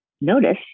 notice